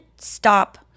stop